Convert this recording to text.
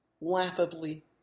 Laughably